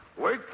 Wait